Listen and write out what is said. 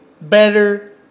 better